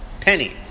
Penny